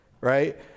right